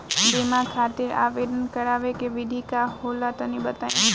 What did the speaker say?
बीमा खातिर आवेदन करावे के विधि का होला तनि बताईं?